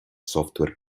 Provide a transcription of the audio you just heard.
software